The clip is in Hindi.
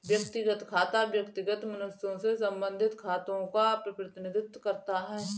व्यक्तिगत खाता व्यक्तिगत मनुष्यों से संबंधित खातों का प्रतिनिधित्व करता है